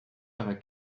ever